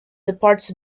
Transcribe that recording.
departs